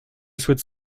souhaite